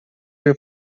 ray